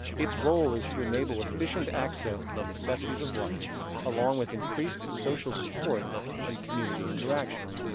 its role is to enable efficient access to the necessities of life along with increased social support and community interaction.